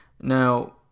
Now